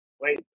Wait